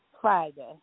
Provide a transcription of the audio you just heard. Friday